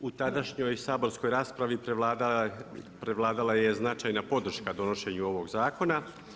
U tadašnjoj saborskoj raspravi, prevladala je značajna podrška donošenju ovog zakona.